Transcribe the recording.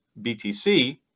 btc